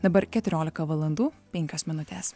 dabar keturiolika valandų penkios minutes